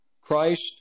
Christ